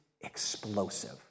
explosive